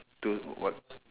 two what